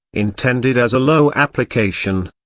intended as a low application,